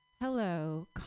hello